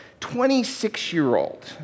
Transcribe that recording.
26-year-old